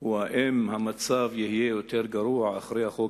הוא אם המצב יהיה יותר גרוע אחרי החוק